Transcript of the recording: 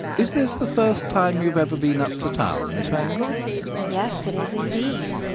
is this the first time you have ever been up to town, miss wangel yes, it is indeed.